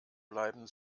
bleiben